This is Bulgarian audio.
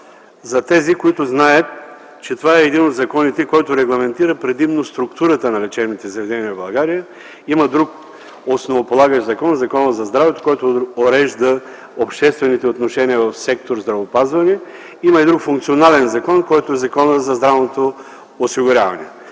за тези, които знаят, че това е един от законите, който регламентира предимно структурата на лечебните заведения в България. Има и друг основополагащ закон – Законът за здравето, който урежда обществените отношения в сектор „Здравеопазване”. Има и друг функционален закон, който е Законът за здравното осигуряване.